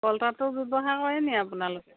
কলতাঁতো ব্যৱহাৰ কৰেনি আপোনালোকে